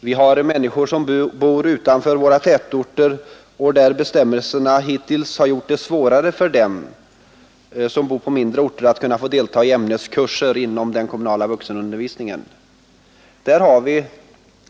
Vi har människor som bor utanför våra tätorter och där bestämmelserna hittills har gjort det svårare för dem som bor på mindre orter att kunna få delta i ämneskurser inom den kommunala vuxenundervisningen.